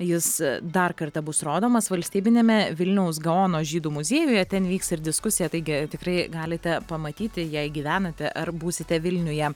jis dar kartą bus rodomas valstybiniame vilniaus gaono žydų muziejuje ten vyks ir diskusija taigi tikrai galite pamatyti jei gyvenate ar būsite vilniuje